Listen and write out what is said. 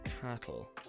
cattle